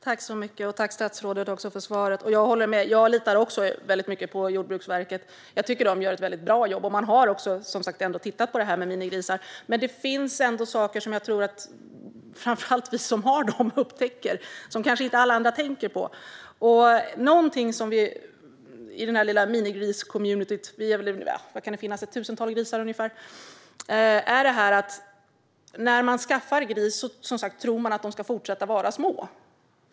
Herr talman! Jag tackar statsrådet för svaret. Jag håller med. Jag litar också väldigt mycket på Jordbruksverket, som jag tycker gör ett väldigt bra jobb. Man har som sagt tittat på det här med minigrisar. Det finns ändå saker som jag tror att framför allt vi som har minigrisar upptäcker men som kanske inte alla andra tänker på. Någonting som vi erfarit i den lilla minigriscommunityn - det kan väl finnas ett tusental grisar ungefär - är att folk tror att de grisar de skaffar ska fortsätta vara små.